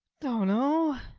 don't know.